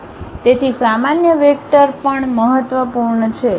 તેથી સામાન્ય વેક્ટર પણ મહત્વપૂર્ણ છે